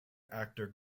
actor